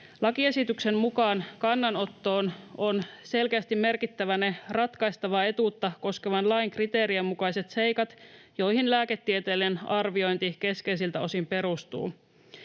Lakiesityksen mukaan kannanottoon on selkeästi merkittävä ne ratkaistavaa etuutta koskevan lain kriteerien mukaiset seikat, joihin lääketieteellinen arviointi keskeisiltä osin perustuu.